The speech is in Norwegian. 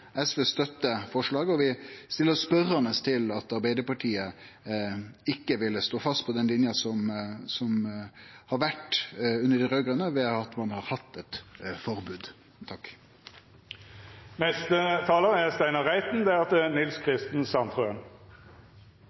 forslaget, og vi stiller oss spørjande til at Arbeidarpartiet ikkje ville stå fast på den linja som har vore under dei raud-grøne, med at ein har hatt eit forbod.